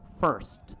first